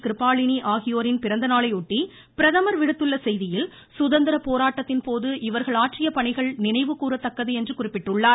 கிருபாளனி ஆகியோரின் பிறந்த நாளை ஒட்டி பிரதமர் விடுத்துள்ள செய்தியில் சுதந்திர போராட்டத்தின் போது இவர்கள் ஆற்றிய பணிகள் நினைவு கூறத்தக்கது என்று குறிப்பிட்டுள்ளார்